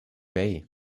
bay